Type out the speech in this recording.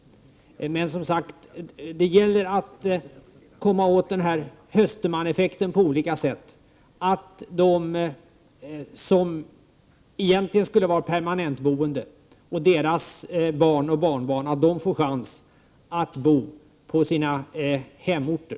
Men, som sagt, det gäller att komma åt den här Höstermaneffekten på olika sätt, så att de som egentligen skulle vara permanentboende och deras barn och barnbarn får chans att bo på sina hemorter.